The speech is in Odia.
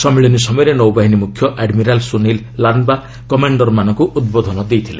ସମ୍ମିଳନୀ ସମୟରେ ନୌବାହିନୀ ମୁଖ୍ୟ ଆଡମିରାଲ୍ ସୁନୀଲ ଲାମ୍ବା କମାଣ୍ଡରମାନଙ୍କୁ ଉଦ୍ବୋଧନ ଦେଇଥିଲେ